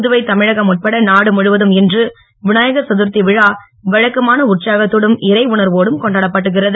புதுவை தமிழகம் உட்பட நாடு முழுவதும் இன்று விநாயகர் சதுர்த்தி திருவிழா வழக்கமான உற்சாகத்தோடும் இறை உணர்வோடும் கொண்டாடப்படுகிறது